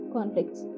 Conflicts